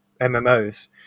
MMOs